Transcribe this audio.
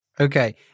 Okay